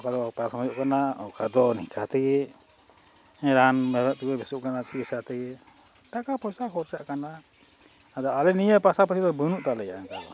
ᱚᱠᱟ ᱫᱚ ᱚᱠᱟ ᱦᱩᱭᱩᱜ ᱠᱟᱱᱟ ᱚᱠᱟ ᱫᱚ ᱱᱤᱝᱠᱟᱹ ᱛᱮᱜᱮ ᱨᱟᱱ ᱵᱟᱨᱦᱮ ᱛᱮᱜᱮ ᱵᱮᱥᱚᱜ ᱠᱟᱱᱟ ᱪᱤᱠᱤᱛᱥᱟ ᱛᱮᱜᱮ ᱴᱟᱠᱟ ᱯᱚᱭᱥᱟ ᱠᱷᱚᱨᱪᱟᱜ ᱠᱟᱱᱟ ᱟᱫᱚ ᱟᱞᱮ ᱱᱤᱭᱟᱹ ᱯᱟᱥᱟ ᱯᱟᱥᱤ ᱫᱚ ᱵᱟᱹᱱᱩᱜ ᱛᱟᱞᱮᱭᱟ ᱚᱱᱠᱟ ᱫᱚ